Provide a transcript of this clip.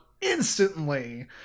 instantly